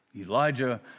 Elijah